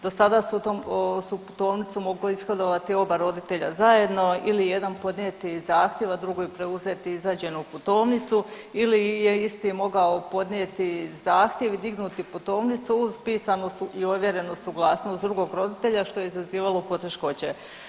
Do sada su u tom .../nerazumljivo/... putovnicom mogli ishodovati oba roditelja zajedno ili jedan podnijeti zahtjev, a drugoj preuzeti izrađenu putovnicu ili je isti mogao podnijeti zahtjev i dignuti putovnicu uz pisanu i ovjerenu suglasnost drugog roditelja, što je izazivalo poteškoće.